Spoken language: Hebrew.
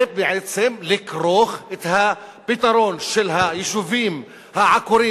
זה בעצם לכרוך את הפתרון של היישובים העקורים